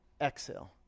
Exhale